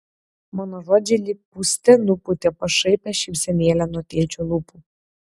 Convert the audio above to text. mano žodžiai lyg pūste nupūtė pašaipią šypsenėlę nuo tėčio lūpų